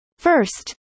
First